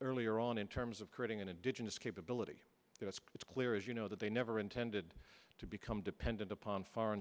earlier on in terms of creating an addition its capability it's clear as you know that they never intended to become dependent upon foreign